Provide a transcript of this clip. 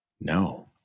no